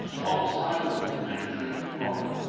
what silence penetrating rock,